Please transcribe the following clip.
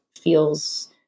feels